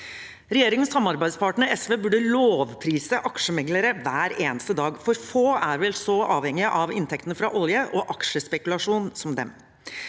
Regjeringens samarbeidspartner SV burde lovprise aksjemeglere hver eneste dag, for få er vel så avhengige av inntektene fra olje og aksjespekulasjon som dem,